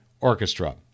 orchestra